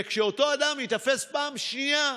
וכשאותו אדם ייתפס פעם שנייה,